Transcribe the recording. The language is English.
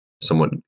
somewhat